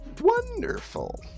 Wonderful